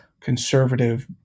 conservative